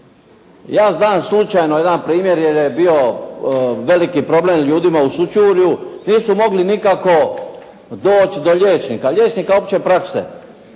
Ja znam slučajno jedan primjer jer je bio veliki problem ljudima u Sućurju nisu mogli nikako doći do liječnika, liječnika opće prakse.